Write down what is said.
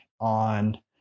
on